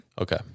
Okay